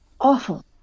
awful